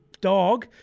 dog